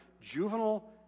juvenile